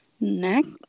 next